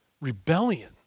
rebellion